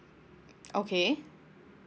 okay